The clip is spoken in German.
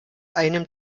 einem